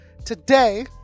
Today